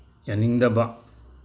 ꯌꯥꯅꯤꯡꯗꯕ